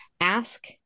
ask